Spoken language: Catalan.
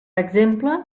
exemple